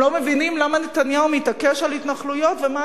הם לא מבינים למה נתניהו מתעקש על התנחלויות ומה